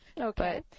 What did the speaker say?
Okay